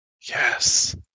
Yes